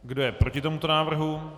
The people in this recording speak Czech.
Kdo je proti tomuto návrhu?